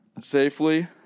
safely